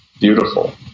beautiful